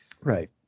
Right